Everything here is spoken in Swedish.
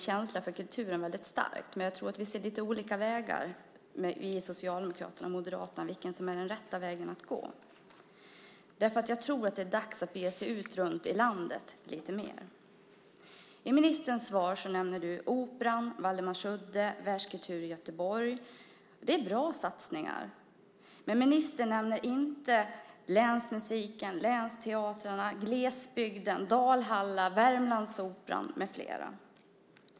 Men jag tror att vi socialdemokrater och moderaterna ser lite olika vägar och har olika uppfattning om vilken som är den rätta vägen att gå. Jag tror att det är dags att bege sig ut runt i landet lite mer. I sitt svar nämner ministern Kungl. Operan, Waldemarsudde och Statens museer för världskultur i Göteborg. Det är bra satsningar. Men ministern nämner inte länsmusiken, länsteatrarna, glesbygden, Dalhalla, Värmlandsoperan med flera.